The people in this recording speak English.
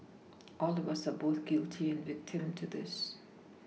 all of us are both guilty and victim to this